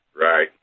Right